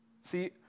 See